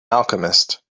alchemist